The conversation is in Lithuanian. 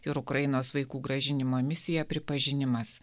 ir ukrainos vaikų grąžinimo misija pripažinimas